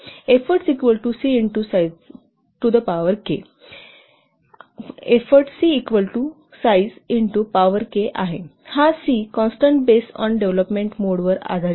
effort c x size k effort 'c' equal to size into power 'K' आहे हा 'c' constant base on development mode वर आधारित असते